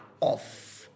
off